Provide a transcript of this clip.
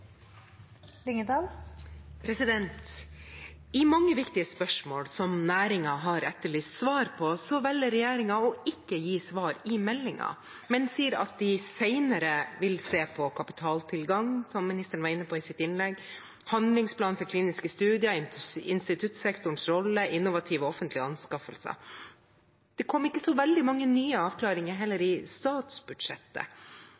replikkordskifte. I mange viktige spørsmål som næringen har etterlyst svar på, velger regjeringen å ikke gi svar i meldingen, men sier at de senere vil se på kapitaltilgang – som ministeren var inne på i sitt innlegg – handlingsplan for kliniske studier, instituttsektorens rolle og innovative offentlige anskaffelser. Det kom ikke så veldig mange nye avklaringer i statsbudsjettet heller.